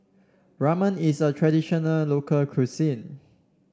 Ramen is a traditional local cuisine